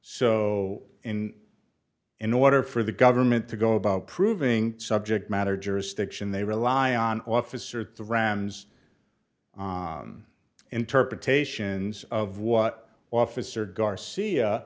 so in in order for the government to go about proving subject matter jurisdiction they rely on officer the rams interpretations of what officer garcia